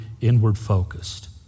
inward-focused